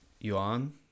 yuan